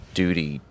duty